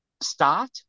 start